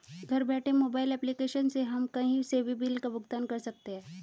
घर बैठे mobile application से हम कही से भी बिल का भुगतान कर सकते है